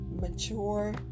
mature